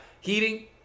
heating